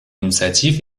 инициатив